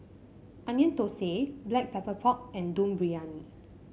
Onion Thosai Black Pepper Pork and Dum Briyani